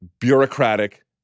bureaucratic